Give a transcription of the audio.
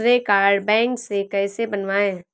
श्रेय card bank से कैसे बनवाएं?